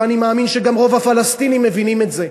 ואני מאמין שגם רוב הפלסטינים מבינים את זה.